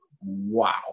wow